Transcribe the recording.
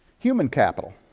human capital.